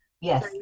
yes